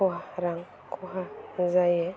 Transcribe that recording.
खहा रां खहा जायो